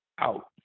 out